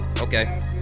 Okay